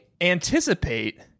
anticipate